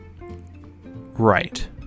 right